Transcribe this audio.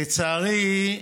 לצערי,